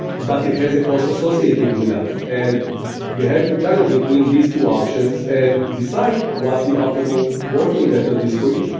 but it has a cost associated with that. and you have to juggle between these two options and decide what's the optimal working method is for you.